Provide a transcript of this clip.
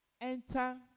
Enter